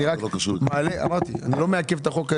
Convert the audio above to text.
אני לא מעכב את החוק,